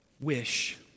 wish